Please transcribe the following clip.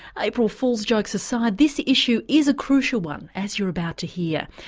april fools jokes aside, this issue is a crucial one, as you are about to hear.